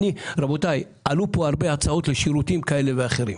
רבותיי, עלו כאן הרבה הצעות לשירותים כאלה ואחרים.